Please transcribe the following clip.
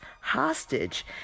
hostage